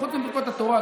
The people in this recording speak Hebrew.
חוץ מלקרוא את התורה,